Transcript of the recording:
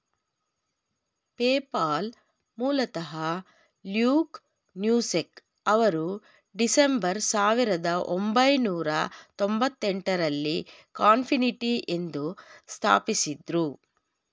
PayPal ಮೂಲತಃ Luke Nosek ಅವರು ಡಿಸೆಂಬರ್ ಸಾವಿರದ ಒಂಬೈನೂರ ತೊಂಭತ್ತೆಂಟು ರಲ್ಲಿ ಕಾನ್ಫಿನಿಟಿ ಎಂದು ಸ್ಥಾಪಿಸಿದ್ದ್ರು